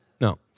No